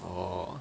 orh